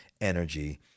energy